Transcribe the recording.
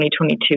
2022